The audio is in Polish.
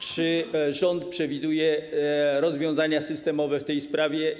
Czy rząd przewiduje rozwiązania systemowe w tej sprawie?